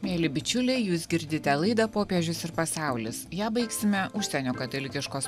mieli bičiuliai jūs girdite laidą popiežius ir pasaulis ją baigsime užsienio katalikiškos